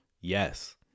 Yes